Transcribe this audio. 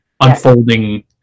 unfolding